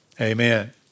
Amen